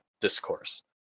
discourse